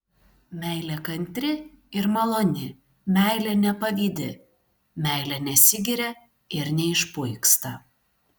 meilė kantri ir maloni meilė nepavydi meilė nesigiria ir neišpuiksta